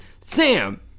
Sam